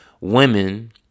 women